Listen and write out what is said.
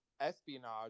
espionage